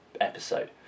episode